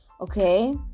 Okay